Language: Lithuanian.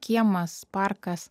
kiemas parkas